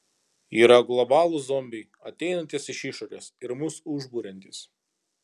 yra globalūs zombiai ateinantys iš išorės ir mus užburiantys